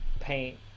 paint